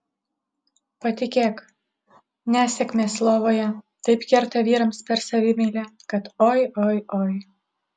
patikėk nesėkmės lovoje taip kerta vyrams per savimeilę kad oi oi oi